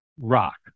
Rock